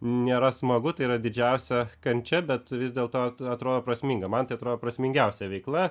nėra smagu tai yra didžiausia kančia bet vis dėlto atrodo prasminga man tai atrodo prasmingiausia veikla